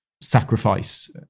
sacrifice